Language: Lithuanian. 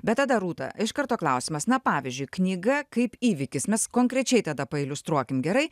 bet tada rūta iš karto klausimas na pavyzdžiui knyga kaip įvykis mes konkrečiai tada pailiustruokim gerai